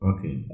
Okay